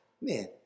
Man